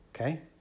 Okay